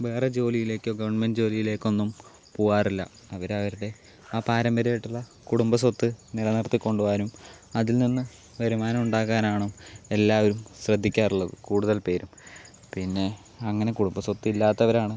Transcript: വേറെ ജോലിയിലേക്കോ ഗവൺമെന്റ് ജോലിയിലേക്കൊന്നും പോകാറില്ല അവർ അവരുടെ ആ പാരമ്പര്യമായിട്ടുള്ള കുടുംബസ്വത്ത് നിലനിർത്തി കൊണ്ടുപോവാനും അതിൽ നിന്ന് വരുമാനം ഉണ്ടാക്കാൻ ആണോ എല്ലാവരും ശ്രദ്ധിക്കാറുള്ളത് കൂടുതൽ പേരും പിന്നെ അങ്ങനെ കുടുംബസ്വത്ത് ഇല്ലാത്തവരാണ്